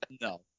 No